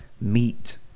meet